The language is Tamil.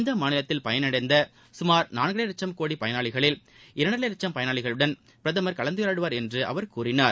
இம்மாநிலத்தில் பயனடைந்த சுமார் நான்கரை கோடி பயனாளிகளில் இரண்டரை லட்சம் பயனாளிகளுடன் பிரதமர் கலந்துரையாடுவார் என்று அவர் கூறினார்